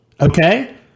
Okay